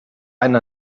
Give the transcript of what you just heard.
einen